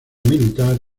militar